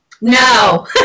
No